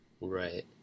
Right